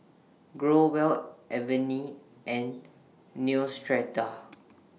Growell Avene and Neostrata